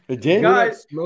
Guys